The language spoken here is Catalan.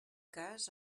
cas